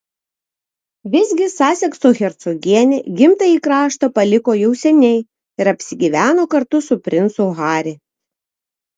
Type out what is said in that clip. visgi sasekso hercogienė gimtąjį kraštą paliko jau seniai ir apsigyveno kartu su princu harry